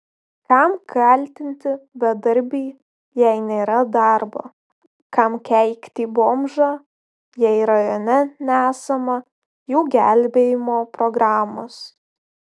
kam kaltinti bedarbį jei nėra darbo kam keikti bomžą jei rajone nesama jų gelbėjimo programos